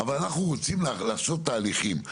אבל, אנחנו רוצים לעשות תהליכים.